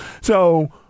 So-